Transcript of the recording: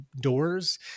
doors